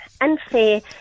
unfair